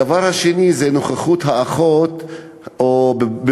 הדבר השני זה נוכחות אחות בבתי-הספר,